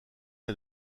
est